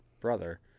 brother